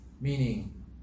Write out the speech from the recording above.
Meaning